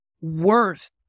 worth